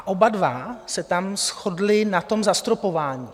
Oba dva se tam shodli na tom zastropování.